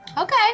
Okay